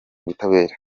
ubutabera